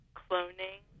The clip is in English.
cloning